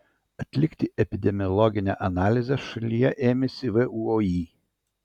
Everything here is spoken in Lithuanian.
atlikti epidemiologinę analizę šalyje ėmėsi vuoi